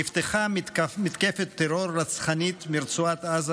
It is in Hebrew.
נפתחה מתקפת טרור רצחנית מרצועת עזה